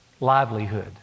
livelihood